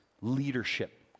leadership